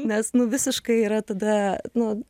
nes nu visiškai yra tada nu